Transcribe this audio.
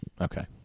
Okay